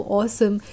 awesome